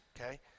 okay